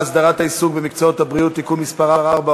הצעת חוק הסדרת העיסוק במקצועות הבריאות (תיקון מס' 4,